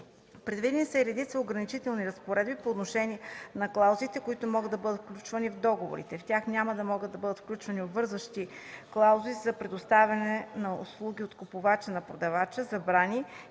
Предвидени са и редица ограничителни разпоредби по отношение на клаузите, които могат да бъдат включвани в договорите. В тях няма да могат да бъдат включвани обвързващи клаузи за предоставяне на услуги от купувача на продавача; забрани